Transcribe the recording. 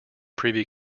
privy